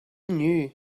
knew